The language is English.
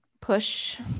push